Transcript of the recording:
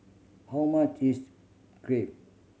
how much is Crepe